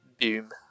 Boom